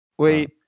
wait